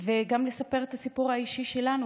וגם לספר את הסיפור האישי שלנו,